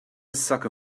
sucker